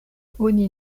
oni